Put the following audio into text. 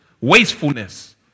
wastefulness